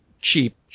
cheap